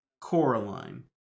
Coraline